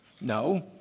No